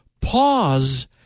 Pause